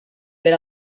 per